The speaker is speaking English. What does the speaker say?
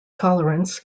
tolerance